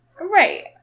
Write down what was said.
Right